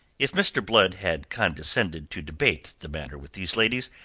if mr. blood had condescended to debate the matter with these ladies,